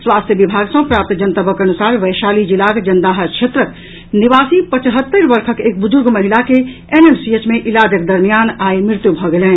स्वास्थ्य विभाग सँ प्राप्त जनतबक अनुसार वैशाली जिलाक जनदाहा क्षेत्रक निवासी पचहत्तरि वर्षक एक बुजुर्ग महिला के एनएमसीएच मे इलाजक दरमियान आई मृत्यु भऽ गेलनि